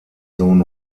sohn